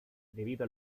debido